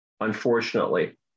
unfortunately